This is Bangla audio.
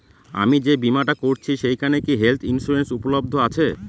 আমি যে বীমাটা করছি সেইখানে কি হেল্থ ইন্সুরেন্স উপলব্ধ আছে?